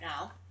now